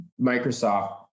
Microsoft